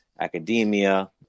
academia